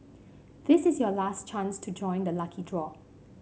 this is your last chance to join the lucky draw